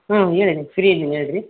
ಹ್ಞೂ ಹೇಳಿ ಫ್ರೀ ಇದ್ದೀನಿ ಹೇಳಿರಿ